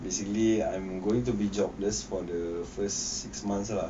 basically I'm going to be jobless for the first six months ah